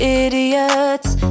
idiots